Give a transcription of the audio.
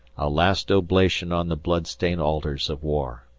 a last oblation on the bloodstained altars of war.